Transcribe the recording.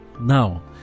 now